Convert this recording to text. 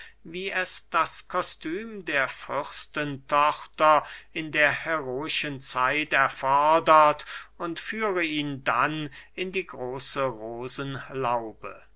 wie es das kostum der fürstentöchter in der heroischen zeit erfordert und führe ihn dann in die große rosenlaube